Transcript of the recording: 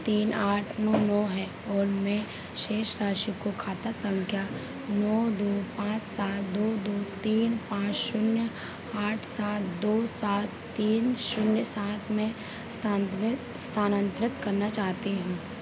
तीन आठ नौ नौ है और मैं शेष राशि को खाता संख्या नौ दो पाँच सात दो दो तीन पाँच शून्य आठ सात दो सात तीन शून्य सात में स्थांतरित स्थानांतरित करना चाहती हूँ